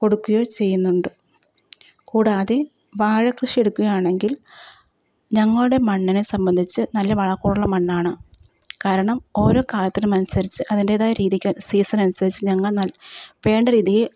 കൊടുക്കുകയോ ചെയ്യുന്നുണ്ട് കൂടാതെ വാഴക്കൃഷി എടുക്കുകയാണെങ്കിൽ ഞങ്ങളുടെ മണ്ണിനെ സംബന്ധിച്ച് നല്ല വളക്കൂറുള്ള മണ്ണാണ് കാരണം ഓരോ കാലത്തിനുമനുസരിച്ച് അതിൻറേതായ രീതിക്ക് സീസൺ അനുസരിച്ച് ഞങ്ങൾ നൽ വേണ്ട രീതിയിൽ